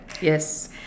Yes